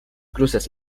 cruces